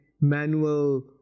manual